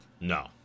No